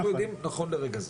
אנחנו מדברים נכון לרגע זה.